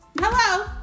Hello